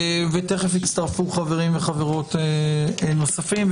תכף יצטרפו חברים וחברות נוספים.